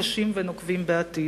קשים ונוקבים בעתיד.